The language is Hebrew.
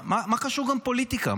מה קשור גם פוליטיקה?